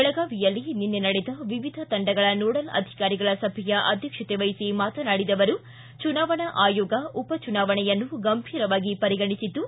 ಬೆಳಗಾವಿಯಲ್ಲಿ ನಿನ್ನೆ ನಡೆದ ವಿವಿಧ ತಂಡಗಳ ನೋಡಲ್ ಅಧಿಕಾರಿಗಳ ಸಭೆಯ ಅಧ್ಯಕ್ಷತೆ ವಹಿಸಿ ಮಾತನಾಡಿದ ಅವರು ಚುನಾವಣಾ ಆಯೋಗವು ಉಪ ಚುನಾವಣೆಯನ್ನು ಗಂಭೀರವಾಗಿ ಪರಿಗಣಿಸಿದ್ದು